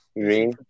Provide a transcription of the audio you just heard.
Green